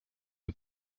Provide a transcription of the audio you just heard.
who